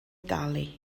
dalu